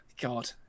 god